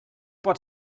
pot